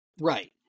Right